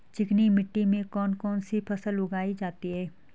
चिकनी मिट्टी में कौन कौन सी फसल उगाई जाती है?